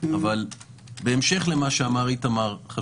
אבל בהמשך למה שאמר חבר הכנסת איתמר בן גביר